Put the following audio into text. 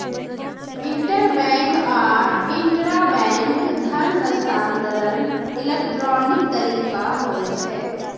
interbank आ intrabank धन हस्तांतरण इलेक्ट्रॉनिक तरीका होइ छै